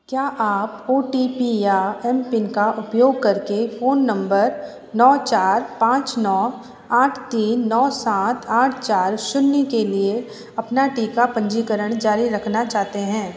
क्या आप O T P या एम पिन का उपयोग करके फ़ोन नंबर नौ चार पाँच नौ आठ तीन नौ सात आठ चार शून्य के लिए अपना टीका पंजीकरण जारी रखना चाहते हैं